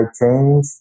change